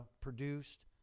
produced